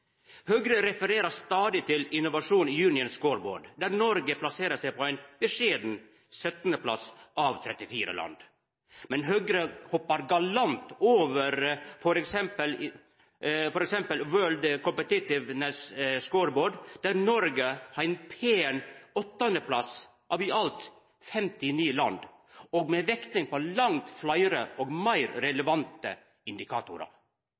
Høgre refererer stadig til Innovation Union Scoreboard, der Noreg plasserer seg på ein beskjeden 17. plass av 34 land. Men Høgre hoppar galant over f.eks. World Competitiveness Scoreboard, der Noreg har ein pen 8. plass av i alt 59 land og med vekting på langt fleire og meir relevante indikatorar.